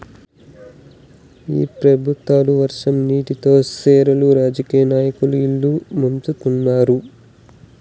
ఈ పెబుత్వాలు వర్షం నీటితో సెర్లు రాజకీయ నాయకుల ఇల్లు ముంచుతండారు